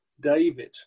David